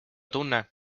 tunne